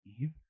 Eve